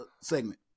segment